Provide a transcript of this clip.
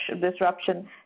disruption